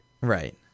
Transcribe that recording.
Right